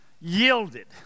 yielded